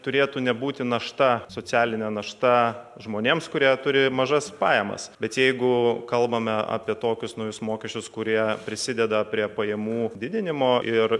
turėtų nebūti našta socialinė našta žmonėms kurie turi mažas pajamas bet jeigu kalbame apie tokius naujus mokesčius kurie prisideda prie pajamų didinimo ir